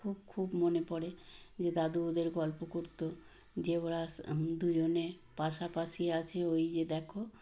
খুব খুব মনে পরে যে দাদু ওদের গল্প করত দিয়ে ওরা সা দুজনে পাশাপাশি আছে ওই যে দেখ